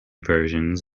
versions